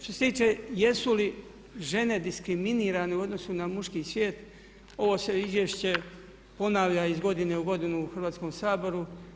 Što se tiče jesu li žene diskriminirane u odnosu na muški svijet ovo se izvješće ponavlja iz godine u godinu u Hrvatskom saboru.